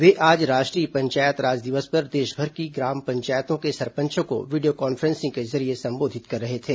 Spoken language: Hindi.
वे आज राष्ट्रीय पंचायत राज दिवस पर देशभर की ग्राम पंचायतों के सरपंचों को वीडियो कान्फ्रेसिंग के जरिए संबोधित कर रहे थे